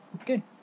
Okay